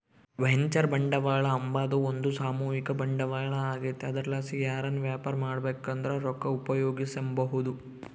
venture ಬಂಡವಾಳ ಅಂಬಾದು ಒಂದು ಸಾಮೂಹಿಕ ಬಂಡವಾಳ ಆಗೆತೆ ಅದರ್ಲಾಸಿ ಯಾರನ ವ್ಯಾಪಾರ ಮಾಡ್ಬಕಂದ್ರ ರೊಕ್ಕ ಉಪಯೋಗಿಸೆಂಬಹುದು